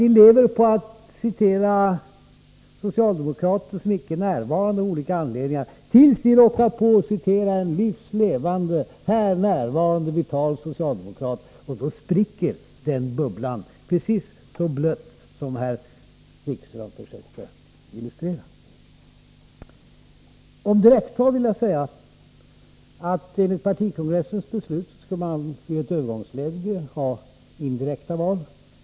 Ni lever på att citera socialdemokrater som av olika anledningar inte kan vara närvarande, tills ni råkar citera en livs levande, här närvarande vital socialdemokrat. Då spricker bubblan, precis som Wikström här försökte illustrera. Beträffande direkta val vill jag säga att man enligt partikongressen i ett övergångsskede skall ha indirekta val.